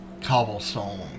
cobblestone